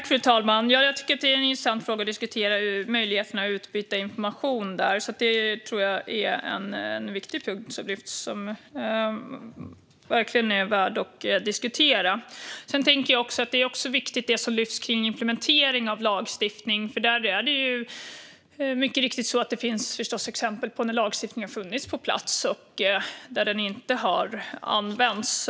Fru talman! Möjligheterna att utbyta information är en intressant fråga att diskutera. Det är en viktig punkt som lyfts upp, och den är verkligen värd att diskutera. Det som förs fram om implementering av lagstiftning är också viktigt. Det finns mycket riktigt exempel på när lagstiftning har funnits på plats men inte har använts.